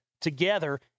together